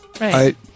right